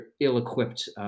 ill-equipped